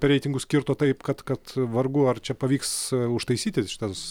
reitingus kirto taip kad kad vargu ar čia pavyks užtaisyti šitas